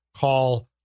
call